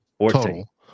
total